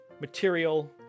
material